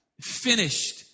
finished